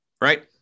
right